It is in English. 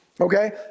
Okay